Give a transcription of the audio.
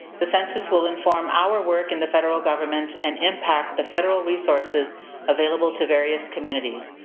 the census will inform our work in the federal government and impact the federal resources available to various communities.